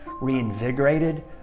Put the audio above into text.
reinvigorated